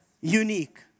Unique